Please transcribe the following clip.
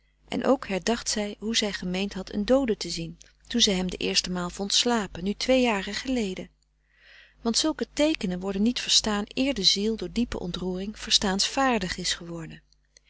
en ook herdacht zij hoe zij gemeend had een doode te zien toen zij hem de eerste maal vond slapen nu twee jaren geleden want zulke teekenen worden niet verstaan eer de ziel door diepe ontroering verstaansvaardig is geworden